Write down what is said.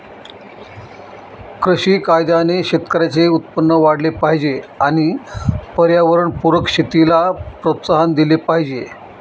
कृषी कायद्याने शेतकऱ्यांचे उत्पन्न वाढले पाहिजे आणि पर्यावरणपूरक शेतीला प्रोत्साहन दिले पाहिजे